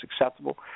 acceptable